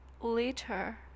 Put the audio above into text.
later